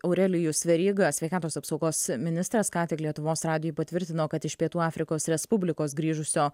aurelijus veryga sveikatos apsaugos ministras ką tik lietuvos radijui patvirtino kad iš pietų afrikos respublikos grįžusio